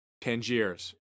Tangiers